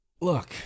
Look